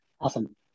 Awesome